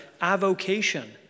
avocation